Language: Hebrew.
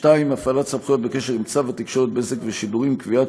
(2) הפעלת סמכויות בקשר עם צו התקשורת (בזק ושידורים) (קביעת